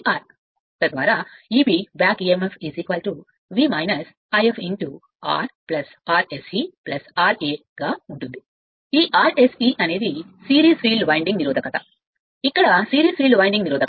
తద్వారా Ebబ్యాక్ emf V ∅ R Rse ra గా ఉంటుంది ఈ Rse అనేది సిరీస్ ఫీల్డ్ వైండింగ్ నిరోధకత ఇక్కడ సిరీస్ ఫీల్డ్ వైండింగ్ నిరోధకత